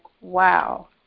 wow